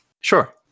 Sure